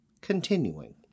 Continuing